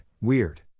weird